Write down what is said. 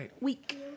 week